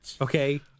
okay